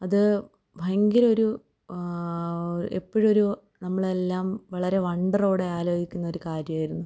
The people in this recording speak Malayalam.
അത് ഭയങ്കര ഒരു എപ്പോഴും ഒരു നമ്മൾ എല്ലാം വളരെ വണ്ടറോടെ ആലോചിക്കുന്ന ഒരു കാര്യമായിരുന്നു